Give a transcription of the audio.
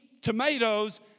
tomatoes